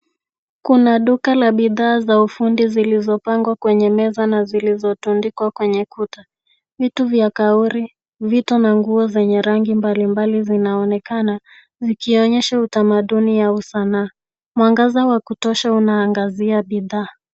Kuna duka la bidhaa za ufundi zilizopangwa kwenye meza na zilizotundikwa kwenye kuta. Vitu vya kauri, vito, na nguo zenye rangi mbali mbali zinaonekana, zikionyesha utamaduni au sanaa. Mwangaza wa kutosha unaangazia bidhaa.